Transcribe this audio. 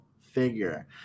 figure